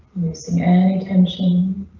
any tension?